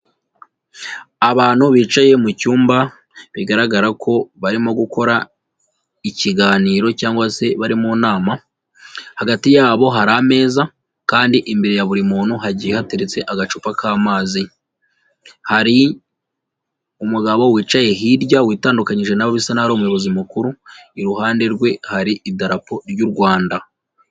Abantu bicaye mu cyumba bigaragara ko barimo gukora ikiganiro cyangwa se bari mu nama, hagati yabo hari ameza kandi imbere ya buri muntu hagiye hateretse agacupa k'amazi, hari umugabo wicaye hirya witandukanyije na bo bisa n'aho ari umuyobozi mukuru, iruhande rwe hari idarapo ry'u Rwanda.